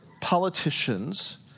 politicians